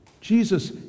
Jesus